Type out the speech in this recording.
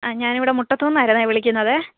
ആ ഞാനിവിടെ മുട്ടത്തൂന്നായിരുന്നു വിളിക്കുന്നത്